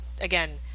again